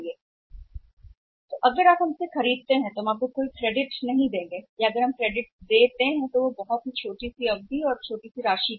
इसलिए यदि आप हमसे खरीदते हैं तो आपको कोई क्रेडिट नहीं दिया जाएगा या यदि आप आपके लिए क्रेडिट देंगे तो समय की न्यूनतम अवधि और न्यूनतम राशि